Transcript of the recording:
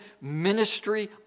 ministry